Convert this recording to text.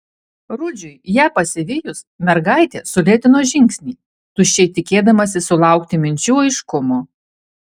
rudžiui ją pasivijus mergaitė sulėtino žingsnį tuščiai tikėdamasi sulaukti minčių aiškumo